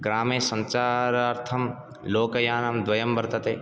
ग्रामे सञ्चारार्थं लोकयानं द्वयं वर्तते